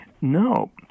no